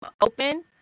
open